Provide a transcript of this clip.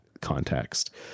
context